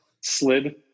slid